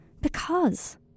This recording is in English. Because